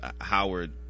howard